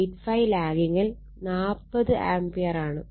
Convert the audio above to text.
85 ലാഗിംഗിൽ 40 ആംപിയറാണ്